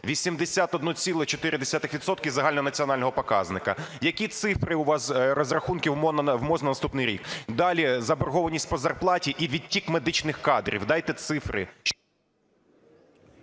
загальнонаціонального показника. Які цифри у вас, розрахунки в МОЗ на наступний рік? Далі. Заборгованість по зарплаті і відтік медичних кадрів. Дайте цифри.